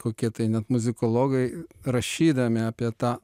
kokie tai net muzikologai rašydami apie tą